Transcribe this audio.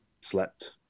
slept